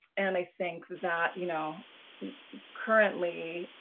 and i think that, you know currently